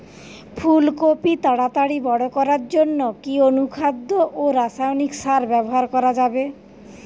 ফুল কপি তাড়াতাড়ি বড় করার জন্য কি অনুখাদ্য ও রাসায়নিক সার ব্যবহার করা যাবে?